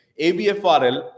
ABFRL